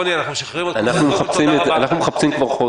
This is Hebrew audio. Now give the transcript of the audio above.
אנחנו מחפשים כבר חודש.